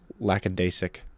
lackadaisic